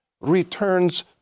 returns